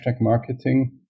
marketing